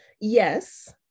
Yes